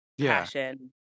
passion